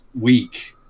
week